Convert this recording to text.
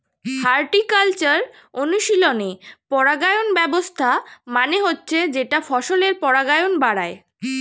horticultural অনুশীলনে পরাগায়ন ব্যবস্থা মানে হচ্ছে যেটা ফসলের পরাগায়ন বাড়ায়